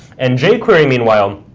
and jquery, meanwhile,